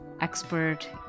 expert